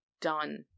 done